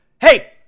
Hey